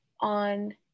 on